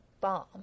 bomb